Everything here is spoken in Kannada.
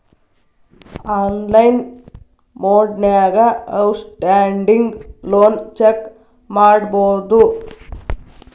ಆನ್ಲೈನ್ ಮೊಡ್ನ್ಯಾಗ ಔಟ್ಸ್ಟ್ಯಾಂಡಿಂಗ್ ಲೋನ್ ಚೆಕ್ ಮಾಡಬೋದು